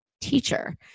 teacher